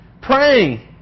Praying